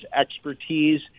expertise